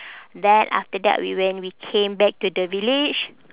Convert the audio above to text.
that after that we when we came back to the village